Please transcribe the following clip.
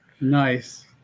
Nice